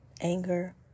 anger